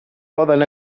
poden